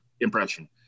impression